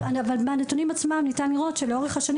מהנתונים עצמם אפשר לראות שלאורך השנים